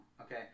okay